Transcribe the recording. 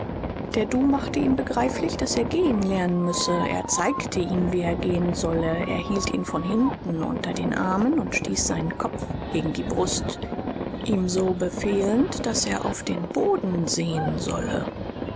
der du machte ihm begreiflich daß er gehen lernen müsse er zeigte ihm wie er gehen solle er hielt ihn von hinten unter den armen und stieß seinen kopf gegen die brust ihm so befehlend daß er auf den boden sehen solle